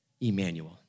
Emmanuel